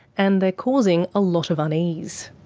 and they're causing a lot of unease.